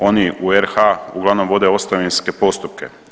Oni u RH uglavnom vode ostavinske postupke.